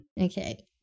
Okay